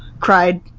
cried